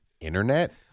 internet